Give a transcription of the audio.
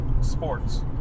sports